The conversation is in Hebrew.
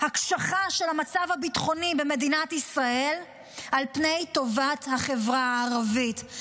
הקשחה של המצב ביטחוני במדינת ישראל על פני טובת החברה הערבית.